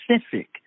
specific